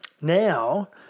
Now